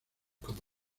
como